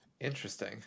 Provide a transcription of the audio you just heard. Interesting